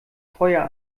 feuer